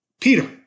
Peter